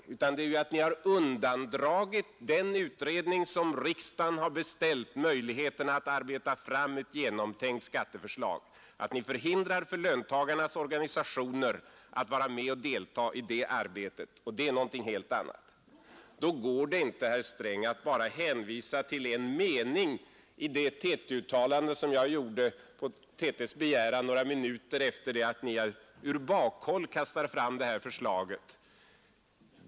Utan vad saken gäller är att Ni har undandragit den utredning som riksdagen beställt möjligheten att arbeta fram ett genomtänkt skatteförslag, och att Ni förhindrar löntagarnas organisationer att vara med och delta i det arbetet. Då går det inte, herr Sträng, att bara hänvisa till en mening i det TT-uttalande som jag gjorde på TT:s begäran några minuter efter det att Ni ur bakhåll kastat fram det här förslaget.